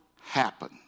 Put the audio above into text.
happen